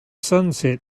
sunset